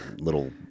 little